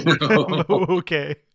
Okay